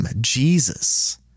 Jesus